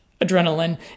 adrenaline